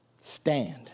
stand